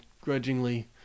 grudgingly